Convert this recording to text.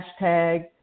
hashtag